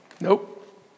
Nope